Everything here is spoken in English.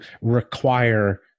require